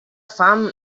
fam